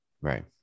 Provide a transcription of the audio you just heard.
Right